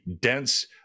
dense